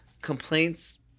complaints